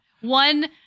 One